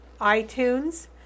iTunes